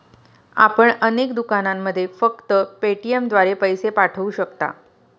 आपण अनेक दुकानांमध्ये फक्त पेटीएमद्वारे पैसे पाठवू शकता